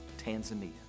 Tanzania